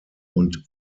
und